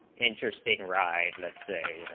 interesting ride that's a you know